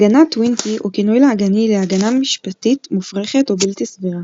הגנת טווינקי הוא כינוי לעגני להגנה משפטית מופרכת או בלתי סבירה.